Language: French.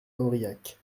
aurillac